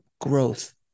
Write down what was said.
growth